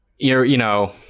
you're you know,